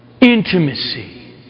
intimacy